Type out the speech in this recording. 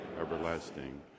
everlasting